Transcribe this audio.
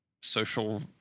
social